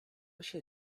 się